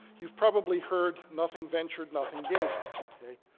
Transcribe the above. you've probably heard, nothing ventured, nothing gained, ok?